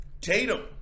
Tatum